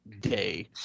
day